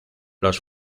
los